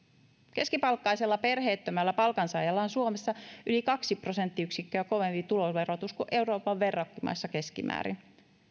keskipalkkaisella perheettömällä palkansaajalla on suomessa yli kaksi prosenttiyksikköä kovempi tuloverotus kuin euroopan verrokkimaissa keskimäärin ja